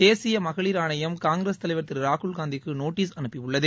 தேசிய மகளிர் ஆணையம் காங்கிரஸ் தலைவர் திரு ராகுல்காந்திக்கு நோட்டீஸ் அனுப்பியுள்ளது